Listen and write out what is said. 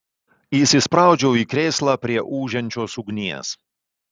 įsispraudžiau į krėslą prie ūžiančios ugnies